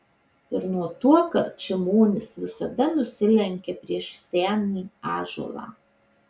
ir nuo tuokart šimonis visada nusilenkia prieš senį ąžuolą